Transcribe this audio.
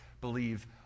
believe